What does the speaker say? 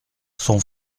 son